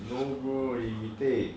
no bro he retake